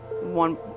one